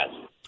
yes